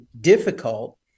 difficult